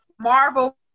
Marvel